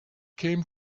came